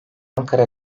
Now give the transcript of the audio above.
ankara